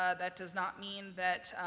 ah that does not mean that,